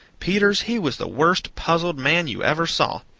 peters, he was the worst puzzled man you ever saw.